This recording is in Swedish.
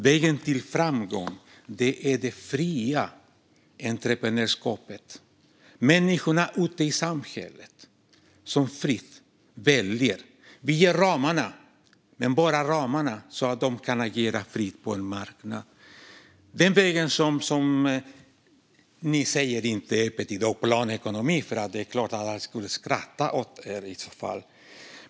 Vägen till framgång är det fria entreprenörskapet - människorna ute i samhället som fritt väljer. Vi ger bara ramarna så att de kan agera fritt på en marknad. Ni kallar inte öppet denna väg för planekonomi i dag - det är klart att alla skulle skratta åt er i så fall.